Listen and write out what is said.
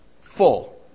full